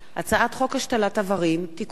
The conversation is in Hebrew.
הצעת חוק השתלת אברים (תיקון)